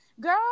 girl